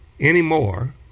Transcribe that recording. anymore